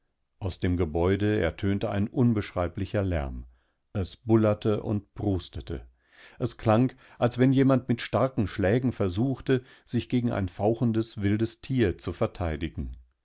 aus dem gebäude ertönte ein unbeschreiblicher lärm es bullerte und prustete es klang als wenn jemand mit starken schlägen versuchte sich gegen ein fauchendes wildestierzuverteidigen